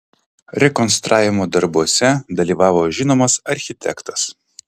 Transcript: rekonstravimo darbuose dalyvavo žinomas architektas